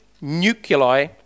nuclei